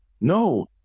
No